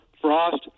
frost